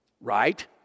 Right